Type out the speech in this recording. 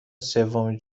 سوم